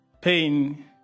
pain